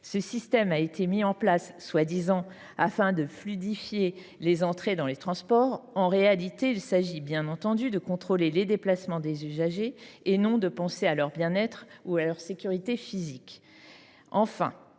Ce système a été mis en place prétendument afin de fluidifier les entrées dans les transports. En réalité, il s’agit bien entendu de contrôler les déplacements des usagers et non de penser à leur bien être ou à leur sécurité physique.